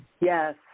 Yes